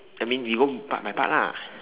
I mean you won't part my part lah